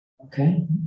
Okay